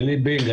עלי בינג.